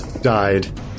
died